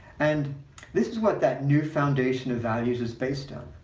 and this is what that new foundation of values is based on